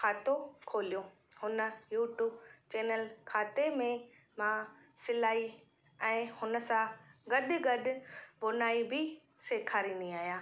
खातो खोलियो हुन यूटूब चेनल खाते में मां सिलाई ऐं हुन सां गॾु गॾु भुनाई भी सेखारींदी आहियां